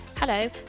Hello